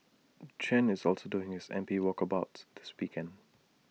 Chen is also doing his M P walkabouts this weekend